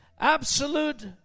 absolute